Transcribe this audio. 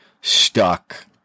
stuck